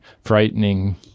frightening